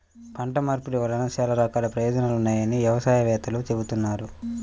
పంట మార్పిడి వలన చాలా రకాల ప్రయోజనాలు ఉన్నాయని వ్యవసాయ వేత్తలు చెబుతున్నారు